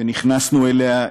שנכנסנו אליה,